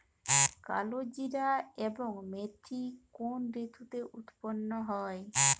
কালোজিরা এবং মেথি কোন ঋতুতে উৎপন্ন হয়?